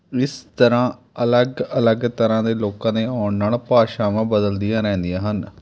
ਇਸ ਤਰ੍ਹਾਂ ਅਲੱਗ ਅਲੱਗ ਤਰ੍ਹਾਂ ਦੇ ਲੋਕਾਂ ਦੇ ਆਉਣ ਨਾਲ਼ ਭਾਸ਼ਾਵਾਂ ਬਦਲਦੀਆਂ ਰਹਿੰਦੀਆਂ ਹਨ